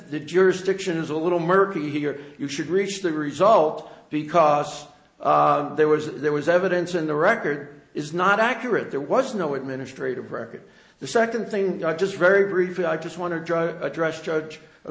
the jurisdiction is a little murky here you should reach the result because there was there was evidence in the record is not accurate there was no administrative record the second thing just very briefly i just want to drive address judge a